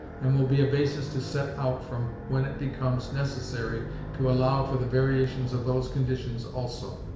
and will be a basis to set out from when it becomes necessary to allow for the variations of those conditions also.